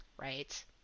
Right